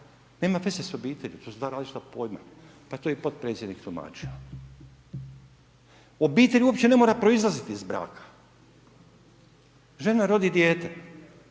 nema veze s obitelji, to su dva različita pojma, pa to je i potpredsjednik tumačio. Obitelj uopće ne mora proizlaziti iz braka. Žena rodi dijete,